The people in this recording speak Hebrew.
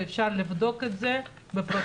ואפשר לבדוק את זה בפרוטוקול: